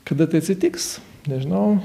kada tai atsitiks nežinau